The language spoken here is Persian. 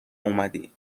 اومدی